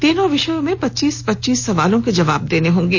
तीनों विषयों में पच्चीस पच्चीस सवालों के जवाब देने होंगे